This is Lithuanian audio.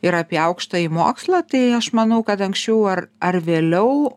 ir apie aukštąjį mokslą tai aš manau kad anksčiau ar ar vėliau